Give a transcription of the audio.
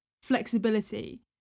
flexibility